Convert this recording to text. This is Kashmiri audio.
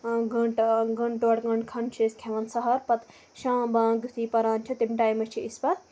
گٲنٹہٕ اکھ گٲنٹہٕ ڈۄڑ گٲنٹہٕ کھَنڑ چھِ أسۍ کھیٚوان سحر پَتہٕ شام بانگ یُتھٕے پَران چھِ تمہِ ٹَیمہٕ چھِ أسۍ پَتہٕ